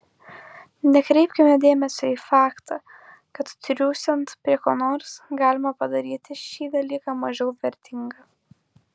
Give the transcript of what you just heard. nekreipkime dėmesio į faktą kad triūsiant prie ko nors galima padaryti šį dalyką mažiau vertingą